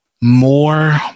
more